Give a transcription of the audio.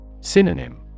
Synonym